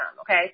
okay